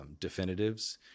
definitives